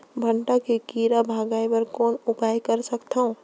भांटा के कीरा भगाय बर कौन उपाय कर सकथव?